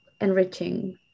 enriching